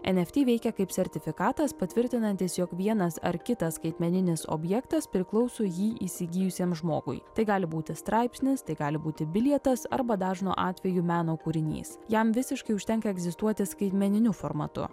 nft veikia kaip sertifikatas patvirtinantis jog vienas ar kitas skaitmeninis objektas priklauso jį įsigijusiam žmogui tai gali būti straipsnis tai gali būti bilietas arba dažnu atveju meno kūrinys jam visiškai užtenka egzistuoti skaitmeniniu formatu